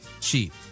cheap